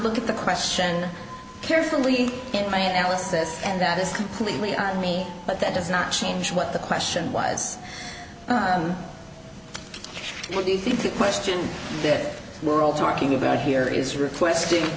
look at the question carefully in my analysis and that is completely on me but that does not change what the question was what do you think the question that we're all talking about here is requesting